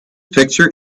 picture